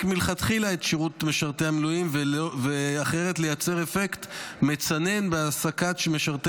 מלכתחילה את משרתי המילואים ולייצר אפקט מצנן בהעסקת משרתי